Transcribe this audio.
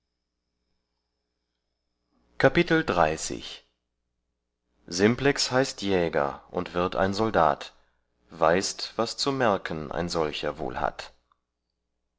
simplex heißt jäger und wird ein soldat weist was zu merken ein solcher wohl hat